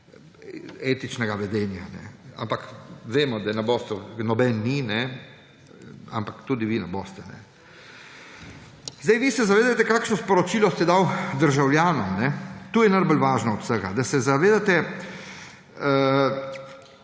etičnega vedenja. Ampak vemo, da ne boste. Noben ni, ampak tudi vi ne boste. Vi se zavedate, kakšno sporočilo ste dali državljanom. To je najbolj važno od vsega, da se zavedate,